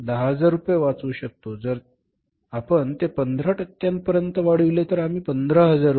10000 वाचवू शकतो जर आपण ते 15 टक्क्यांपर्यंत वाढविले तर आम्ही रु